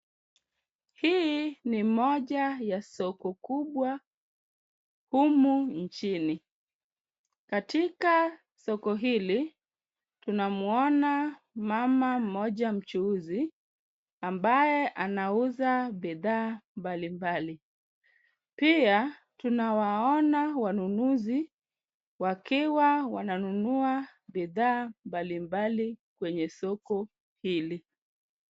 Hii ni moja ya soko kubwa humu nchini. Katika soko hili, tunamwona mama mmoja mchuuzi ambaye anauza bidhaa mbali mbali. Pia, tunawaona wanunuzi wakiwa wananunua bidhaa mbali mbali kwenye soko hili.